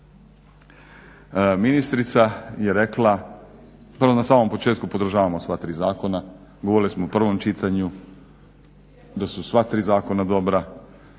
Ministrica je rekla na samom početku podržavamo sva tri zakona. Govorili smo u prvom čitanju da su sva tri zakona dobra.